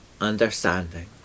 understanding